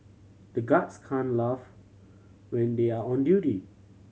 the guards can laugh when they are on duty